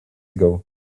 ago